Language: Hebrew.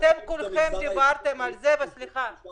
אתם כולכם דיברתם על זה ויודעים